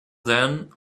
then